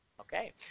Okay